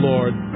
Lord